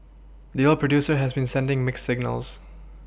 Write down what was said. the oil producer has been sending mixed signals